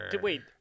Wait